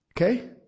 Okay